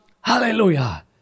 Hallelujah